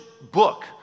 book